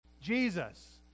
Jesus